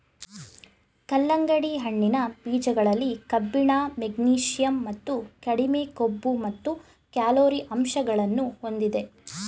ಕಲ್ಲಂಗಡಿ ಹಣ್ಣಿನ ಬೀಜಗಳಲ್ಲಿ ಕಬ್ಬಿಣ, ಮೆಗ್ನೀಷಿಯಂ ಮತ್ತು ಕಡಿಮೆ ಕೊಬ್ಬು ಮತ್ತು ಕ್ಯಾಲೊರಿ ಅಂಶಗಳನ್ನು ಹೊಂದಿದೆ